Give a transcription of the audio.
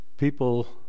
people